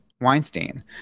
Weinstein